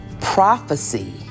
prophecy